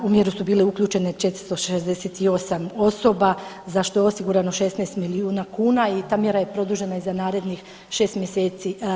U mjeru su bile uključene 468 osoba za što je osigurano 16 milijuna kuna i ta mjera je produžena i za narednih 6 mjeseci.